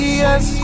yes